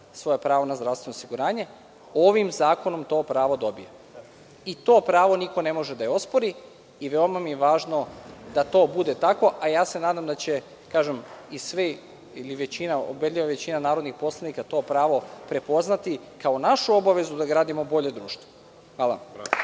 svoje pravo na zdravstveno osiguranje, ovim zakonom to pravo dobija. To pravo niko ne može da ospori i veoma mi je važno da to bude tako, a ja se nadam da će svi ili ubedljiva većina narodnih poslanika to pravo prepoznati kao našu obavezu da gradimo bolje društvo. Hvala.